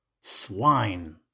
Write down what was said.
Swine